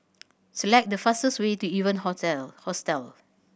select the fastest way to Evan Hostel